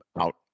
out